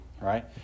right